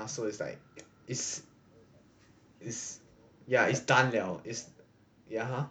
so it's like it's it's done 了 is ya